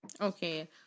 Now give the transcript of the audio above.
Okay